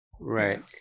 Right